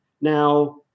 Now